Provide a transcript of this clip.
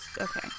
Okay